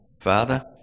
Father